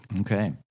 Okay